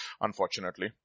unfortunately